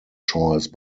choice